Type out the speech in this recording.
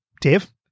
Dave